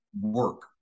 work